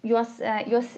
juos juos